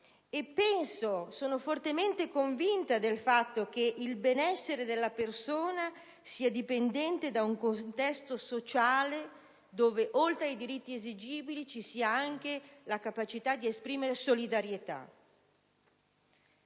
e sono fortemente convinta che il benessere della persona dipenda da un contesto sociale nel quale - oltre ai diritti esigibili - ci sia anche la capacità di esprimere solidarietà.